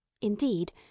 Indeed